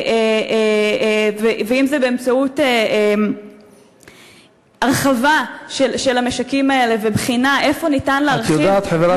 ואם באמצעות הרחבה של המשקים האלה ובחינה איפה ניתן להרחיב.